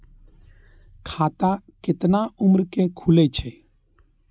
खाता केतना उम्र के खुले छै?